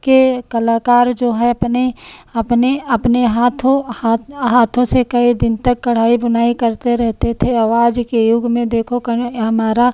के कलाकार जो है अपने अपने अपने हाथों हाथ हाथों से कई दिन तक कढ़ाई बुनाई करते रहते थे और आज के युग में देखो करें हमारा